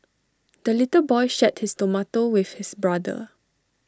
the little boy shared his tomato with his brother